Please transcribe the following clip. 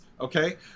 okay